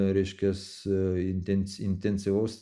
reiškias intens intensyvaus